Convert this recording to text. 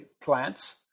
plants